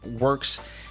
works